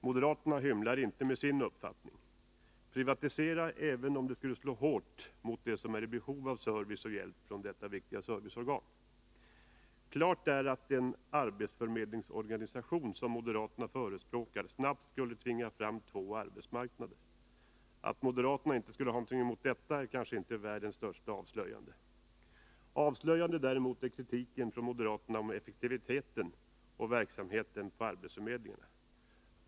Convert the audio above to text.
Moderaterna hymlar inte med sin uppfattning: Privatisera, även om det skulle slå hårt mot dem som är i behov av service och hjälp från dessa viktiga serviceorgan! Klart är att en arbetsförmedlingsorganisation som moderaterna förespråkar snabbt skulle tvinga fram två arbetsmarknader. Att moderaterna inte skulle ha något emot detta är kanske inte världens största avslöjande. Avslöjande däremot är kritiken från moderaterna mot effektiviteten och verksamheten på arbetsförmedlingarna.